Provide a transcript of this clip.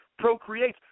procreates